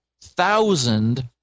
thousand